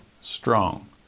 Strong